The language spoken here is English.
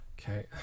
Okay